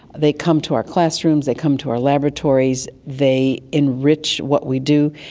they come to our classrooms, they come to our laboratories, they enrich what we do.